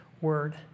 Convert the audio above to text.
word